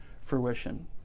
fruition